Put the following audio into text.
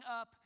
up